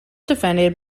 defended